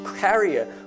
carrier